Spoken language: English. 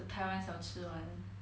the 台湾小吃 [one]